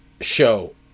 show